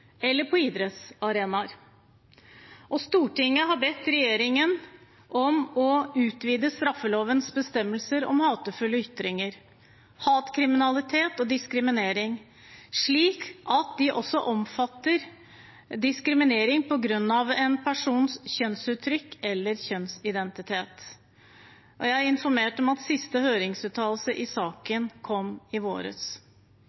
eller på idrettsarenaen. Stortinget har bedt regjeringen fremme forslag om å utvide straffelovens bestemmelser om hatefulle ytringer, hatkriminalitet og diskriminering, slik at de også omfatter diskriminering på grunn av en persons kjønnsuttrykk eller kjønnsidentitet. Jeg er informert om at siste høringsuttalelse i